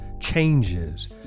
Changes